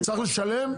צריך לשלם?